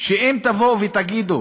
אם תבואו ותגידו